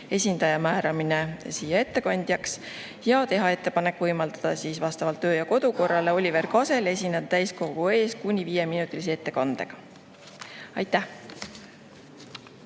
esindaja määramine siia ettekandjaks, ning tehti ettepanek võimaldada vastavalt kodu‑ ja töökorrale Oliver Kasel esineda täiskogu ees kuni viieminutilise ettekandega. Aitäh!